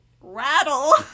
rattle